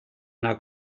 una